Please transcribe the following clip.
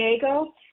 Diego